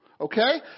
Okay